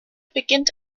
beginnt